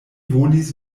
volis